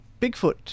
Bigfoot